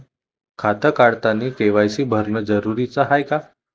खातं काढतानी के.वाय.सी भरनं जरुरीच हाय का?